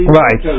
right